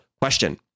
question